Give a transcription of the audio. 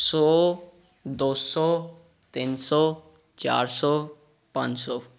ਸੌ ਦੋ ਸੌ ਤਿੰਨ ਸੌ ਚਾਰ ਸੌ ਪੰਜ ਸੌ